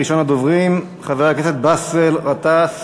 ראשון הדוברים, באסל גטאס,